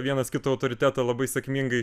vienas kito autoritetą labai sėkmingai